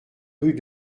rue